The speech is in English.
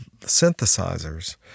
synthesizers